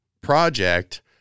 project